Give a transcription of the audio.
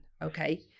Okay